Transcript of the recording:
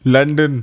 London